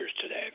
today